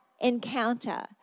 encounter